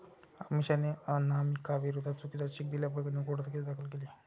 अमिषाने अनामिकाविरोधात चुकीचा चेक दिल्याप्रकरणी कोर्टात केस दाखल केली